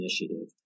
initiative